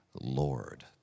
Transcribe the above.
Lord